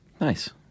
Nice